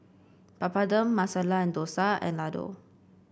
Papadum Masala and Dosa and Ladoo